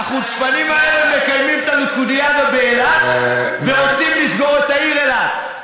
החוצפנים האלה מקיימים את הליכודיאדה באילת ורוצים לסגור את העיר אילת,